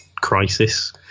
crisis